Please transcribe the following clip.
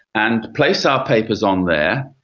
and place our papers on there,